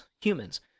humans